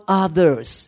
others